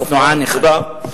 אופנוען, תודה.